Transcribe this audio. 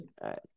right